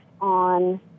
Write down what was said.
on